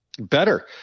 better